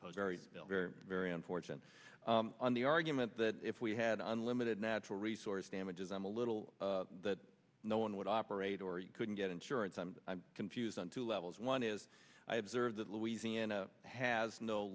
pows very very very unfortunate on the argument that if we had unlimited natural resource damages i'm a little that no one would operate or you couldn't get insurance i'm confused on two levels one is i observe that louisiana has no